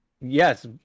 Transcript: yes